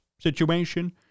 situation